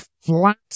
flat